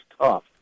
tough